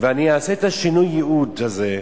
ואני אעשה את שינוי הייעוד הזה,